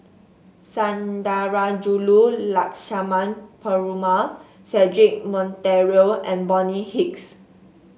Sundarajulu Lakshmana Perumal Cedric Monteiro and Bonny Hicks